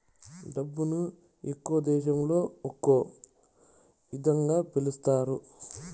డబ్బును ఒక్కో దేశంలో ఒక్కో ఇదంగా పిలుత్తారు